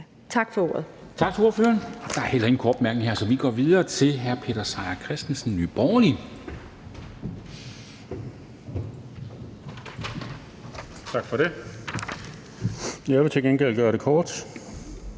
Tak for ordet.